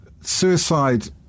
suicide